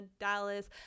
Dallas